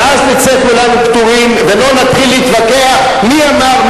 ואז נצא כולנו פטורים ולא נתחיל להתווכח מי אמר,